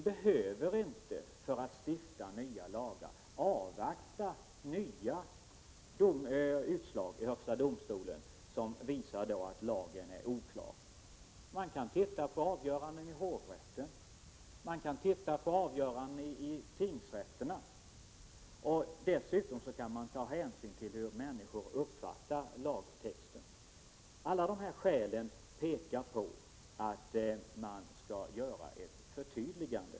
För att kunna stifta nya lagar behöver vi inte avvakta nya utslag i högsta domstolen som visar att lagen är oklar. Man kan titta på avgöranden i hovrätterna eller i tingsrätterna. Dessutom kan man ta hänsyn till hur människor uppfattar lagtexten. Alla dessa skäl talar för ett förtydligande.